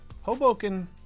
Hoboken